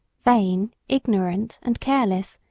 vain, ignorant, and careless,